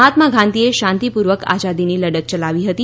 મહાત્મા ગાંધીએ શાંતિપૂર્વક આઝાદીની લડત ચલાવી હતી